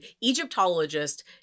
Egyptologist